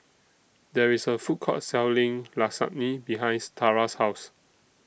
There IS A Food Court Selling Lasagne behinds Tarah's House